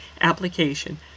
Application